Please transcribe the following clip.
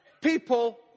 People